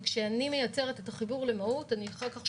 וכשאני מייצרת את החיבור למהו"ת אחר כך אני